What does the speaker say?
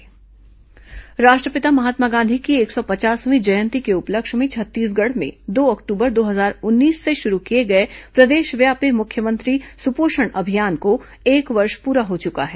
मुख्यमंत्री सुपोषण अभियान राष्ट्रपिता महात्मा गांधी की एक सौ पचासवीं जयंती के उपलक्ष्य में छत्तीसगढ़ में दो अक्टूबर दो हजार उन्नीस से शुरू किए गए प्रदेशव्यापी मुख्यमंत्री सुपोषण अभियान को एक वर्ष पूरा हो चुका है